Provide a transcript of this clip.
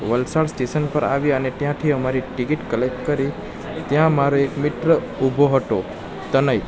Valsad station પર આવ્યા અને ત્યાંથી અમારી ટિકિટ કલેક્ટ કરી ત્યાં અમારો એક મિત્ર ઊભો હતો તનય